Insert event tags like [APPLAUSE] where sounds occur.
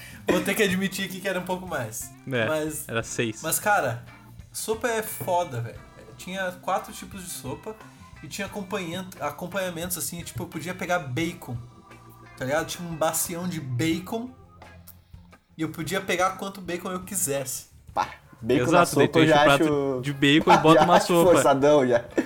Vou ter que admitir aqui que era um pouco mais. É, Mas- era seis. mas, cara, sopa é foda, véi. Tinha quatro tipos de sopa e tinha acompanhan- acompanhamentos, assim, tipo, eu podia pegar bacon, tá ligado? Tinha um bacião de bacon e eu podia pegar quanto bacon eu quisesse. Pá, bacon na Exato, daí tu sopa eu enche já o acho- prato de bacon e bota [LAUGHS] Já uma acho sopa. forçadão, já.